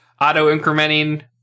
auto-incrementing